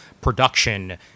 production